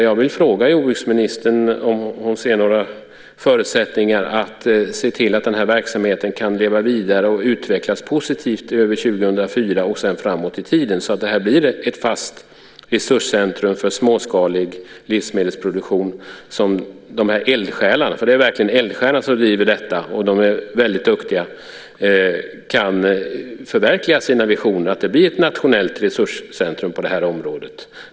Ser jordbruksministern några förutsättningar att se till att verksamheten kan leva vidare och utvecklas positivt över 2004 och sedan framåt i tiden, så att detta blir ett fast resurscentrum för småskalig livsmedelsproduktion? Det är verkligen eldsjälar som driver detta - de är väldigt duktiga. Då kan de förverkliga sina visioner om att det ska bli ett nationellt resurscentrum på området.